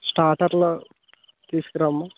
స్టాటర్లు తీసుకురామ్మ